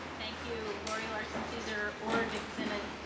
thank you, lori larson caesar, oregon synod.